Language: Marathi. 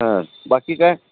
हा बाकी काय